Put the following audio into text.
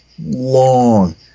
long